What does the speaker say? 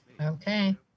Okay